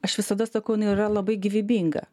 aš visada sakau jinai yra labai gyvybinga